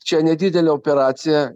čia nedidelė operacija